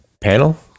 panel